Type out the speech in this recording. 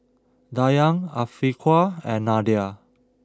Dayang Afiqah and Nadia